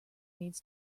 needs